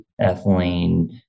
ethylene